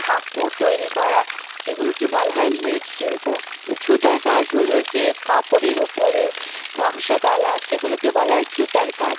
ঠাকুর তৈরি করা এগুলোকে বলা হয় মৃৎশিল্প সুতোর কাজ হলো যে কাপড়ের ওপরে নকশা দলা সেগুলোকে বলা হয় সুতোর কাজ